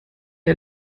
dir